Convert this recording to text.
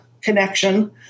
connection